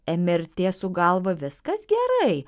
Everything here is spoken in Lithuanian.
mrt su galva viskas gerai